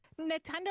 Nintendo